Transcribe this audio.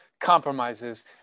Compromises